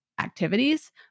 activities